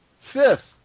Fifth